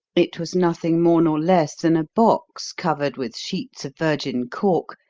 it was nothing more nor less than a box, covered with sheets of virgin cork,